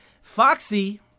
Foxy